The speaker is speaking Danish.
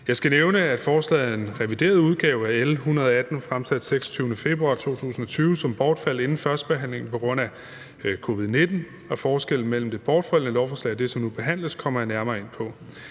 Jeg skal nævne, at forslaget er en revideret udgave af L 118, der blev fremsat den 26. februar 2020, og som bortfaldt inden førstebehandlingen på grund af covid-19, og forskellen mellem det bortfaldne lovforslag og det, som nu behandles, kommer jeg nærmere ind på.